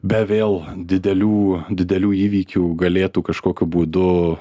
be vėl didelių didelių įvykių galėtų kažkokiu būdu